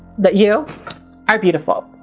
that you are beautiful.